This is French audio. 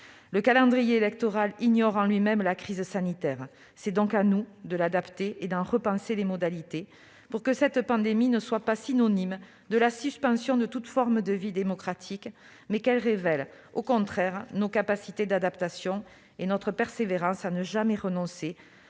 Le calendrier électoral ignore la crise sanitaire ; c'est donc à nous de l'adapter et d'en repenser les modalités pour que cette pandémie ne soit pas synonyme de suspension de toute forme de vie démocratique, mais qu'elle révèle au contraire nos capacités d'adaptation et notre persévérance à ne jamais renoncer